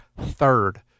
third